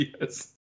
Yes